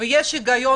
ויש היגיון,